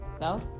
no